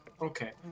okay